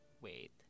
wait